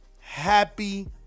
happy